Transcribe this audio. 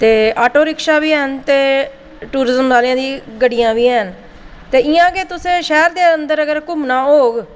ते auto rickshaw बी हैन ते टुरिजम आह्ले दी गड्डियां बी हैन ते इ'यां अगर तुसें शैह्र दे अंदर घुम्मना होग